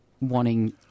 wanting